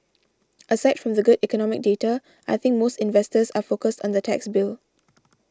aside from the good economic data I think most investors are focused on the tax bill